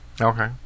Okay